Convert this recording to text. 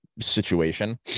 situation